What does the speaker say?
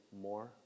more